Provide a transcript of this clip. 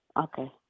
Okay